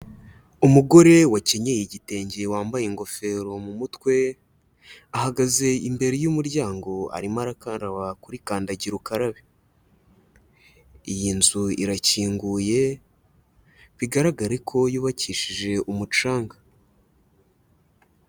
Umugore wakeyeye igitenge wambaye ingofero mu mutwe, ahagaze imbere y'umuryango arimo arakaraba kuri kandagira ukarabe, iyi nzu irakinguye bigaragare ko yubakishije umucanga.